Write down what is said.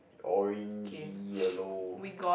orangey yellow